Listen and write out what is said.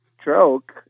Stroke